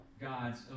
God's